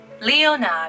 Leonard